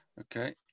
okay